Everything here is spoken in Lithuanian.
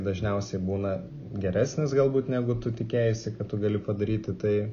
dažniausiai būna geresnis galbūt negu tu tikėjaisi kad tu gali padaryti tai